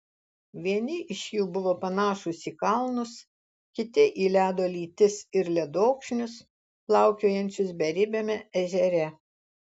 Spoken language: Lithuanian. vieni iš jų buvo panašūs į kalnus kiti į ledo lytis ir ledokšnius plaukiojančius beribiame ežere